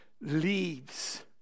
leaves